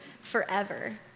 forever